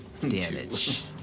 damage